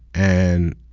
and